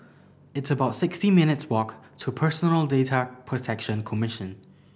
it's about sixty minutes' walk to Personal Data Protection Commission